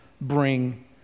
bring